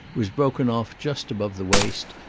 was broken off just above the waist,